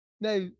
now